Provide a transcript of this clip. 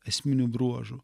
esminių bruožų